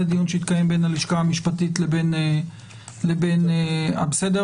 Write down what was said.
זה דיון שיתקיים בין הלשכה המשפטית לבין אנחנו